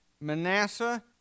Manasseh